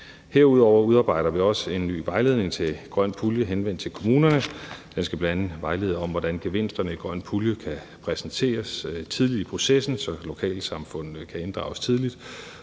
Herudover udarbejde vi også en ny vejledning til grøn pulje henvendt til kommunerne. Den skal bl.a. vejlede om, hvordan gevinsterne i grøn pulje kan præsenteres tidligt i processen, så lokalsamfundene kan inddrages tidligt.